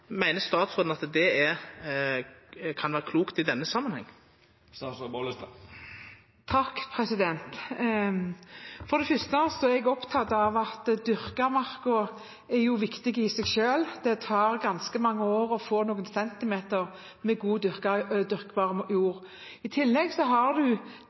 at ein faktisk endrar. Meiner statsråden det kan vera klokt i denne samanhengen? For det første er jeg opptatt av at dyrket mark er viktig i seg selv. Det tar ganske mange år å få noen centimeter med god, dyrkbar jord. I tillegg har